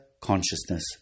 consciousness